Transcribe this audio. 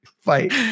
fight